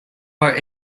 were